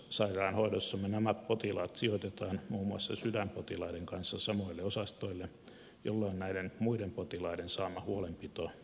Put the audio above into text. erikoissairaanhoidossamme nämä potilaat sijoitetaan muun muassa sydänpotilaiden kanssa samoille osastoille jolloin näiden muiden potilaiden saama huolenpito saattaa vaarantua